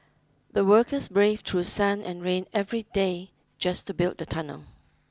the workers braved through sun and rain every day just to build the tunnel